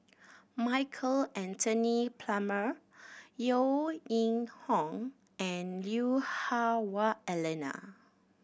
Michael Anthony Palmer Yeo Ning Hong and Lui Hah Wah Elena